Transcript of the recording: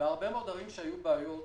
בהרבה ערים שהיו בהן בעיות,